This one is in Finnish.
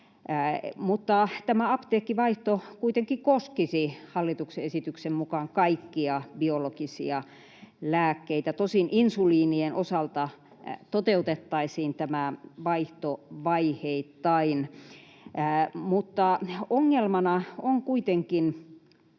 Tämä apteekkivaihto kuitenkin koskisi hallituksen esityksen mukaan kaikkia biologisia lääkkeitä. Tosin insuliinien osalta tämä vaihto toteutettaisiin vaiheittain. Ongelmana on kuitenkin